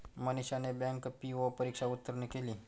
मनीषाने bank P परीक्षा उत्तीर्ण केली